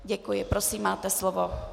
Děkuji, prosím, máte slovo.